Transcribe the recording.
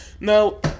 no